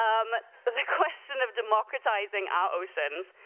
um the question of democratizing our oceans,